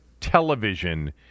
television